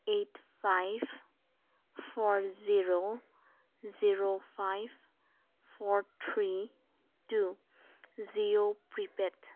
eight five four zero zero five four three two Jio prepaid